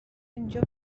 اینجا